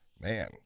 man